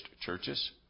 churches